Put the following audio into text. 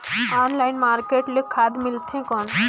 Online market ले खाद मिलथे कौन?